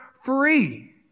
free